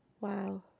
Wow